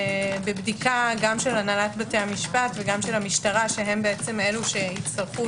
בבדיקה גם של הנהלת בתי המשפט וגם של המשטרה שהם אלה שיצטרכו